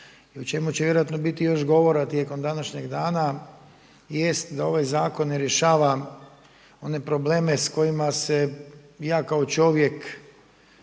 i o čemu će vjerojatno biti još govora tijekom današnjeg dana, jest da ovaj Zakon ne rješava one probleme s kojima se ja kao čovjek